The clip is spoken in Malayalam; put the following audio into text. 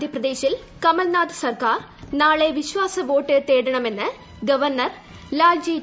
മധ്യപ്രദേശിൽ കമൽനാഥ് സർക്കാർ നാളെ വിശ്വാസവോട്ട് തേടണമെന്ന് ഗവർണർ ലാൽജി തണ്ടൻ